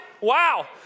wow